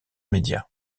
média